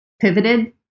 pivoted